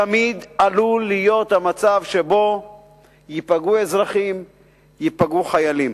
תמיד עלול להיות המצב שבו ייפגעו אזרחים וייפגעו חיילים.